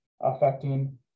affecting